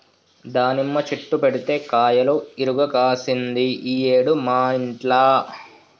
దానిమ్మ చెట్టు పెడితే కాయలు ఇరుగ కాశింది ఈ ఏడు మా ఇంట్ల